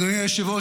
אדוני היושב-ראש,